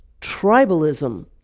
tribalism